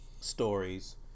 stories